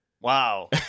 Wow